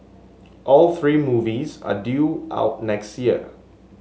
all three movies are due out next year